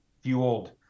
fueled